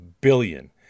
billion